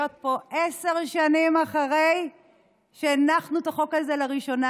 להיות פה עשר שנים אחרי שהנחנו את החוק הזה לראשונה,